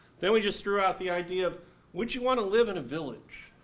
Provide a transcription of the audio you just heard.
then we just threw out the idea of would you want to live in a village,